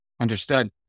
Understood